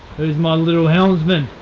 who's my little helmsman?